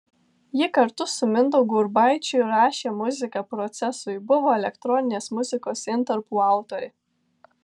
ji kartu su mindaugu urbaičiu rašė muziką procesui buvo elektroninės muzikos intarpų autorė